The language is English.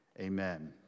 amen